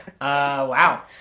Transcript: Wow